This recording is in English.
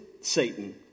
Satan